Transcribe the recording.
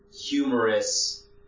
humorous